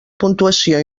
puntuació